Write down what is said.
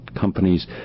companies